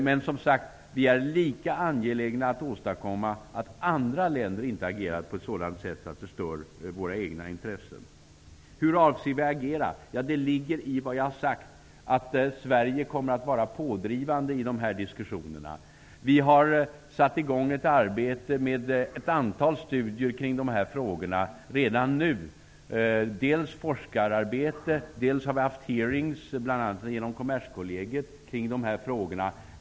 Men, som sagt, vi är lika angelägna att åstadkomma att andra länder inte agerar på ett sådant sätt att det stör våra egna intressen. Hur avser vi att agera? Det ligger i vad jag har sagt att Sverige kommer att vara pådrivande i dessa diskussioner. Vi har redan nu satt i gång ett arbete med ett antal studier kring dessa frågor. Vi har satt i gång forskararbeten. Vi har också haft hearings, bl.a. genom Kommerskollegiet.